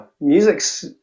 music's